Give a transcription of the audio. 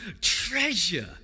treasure